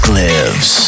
lives